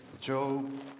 Job